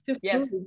yes